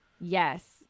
Yes